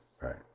right